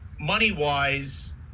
money-wise